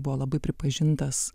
buvo labai pripažintas